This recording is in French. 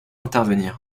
intervenir